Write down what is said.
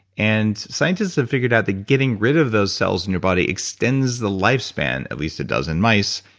and scientists have figured out that getting rid of those cells in your body extends the lifespan, at least it does in mice.